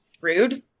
Rude